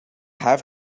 have